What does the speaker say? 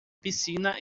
piscina